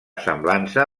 semblança